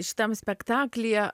šitam spektaklyje